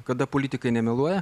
kada politikai nemeluoja